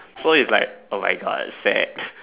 so it's like oh my God sad